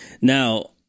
Now